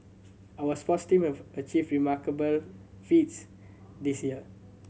our sports team have achieved remarkable feats this year